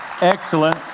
Excellent